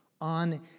on